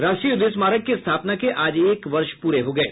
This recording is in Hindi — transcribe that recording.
राष्ट्रीय युद्ध स्मारक की स्थापना के आज एक वर्ष पूरे हो गये